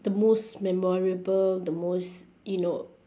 the most memorable the most you know